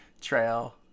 trail